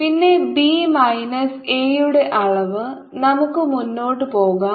പിന്നെ B minus A യുടെ അളവ് നമുക്ക് മുന്നോട്ട് പോകാം